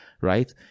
right